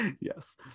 Yes